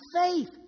faith